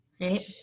right